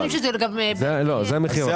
אנחנו חושבים ש --- לא, זה המחיר.